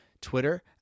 Twitter